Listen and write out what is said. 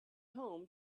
home